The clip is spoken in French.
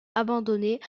abandonnée